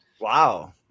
Wow